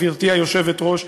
גברתי היושבת-ראש,